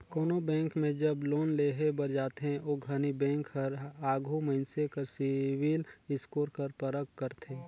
कोनो बेंक में जब लोन लेहे बर जाथे ओ घनी बेंक हर आघु मइनसे कर सिविल स्कोर कर परख करथे